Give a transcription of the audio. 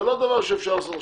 זה לא דבר שאפשר לעשות עכשיו,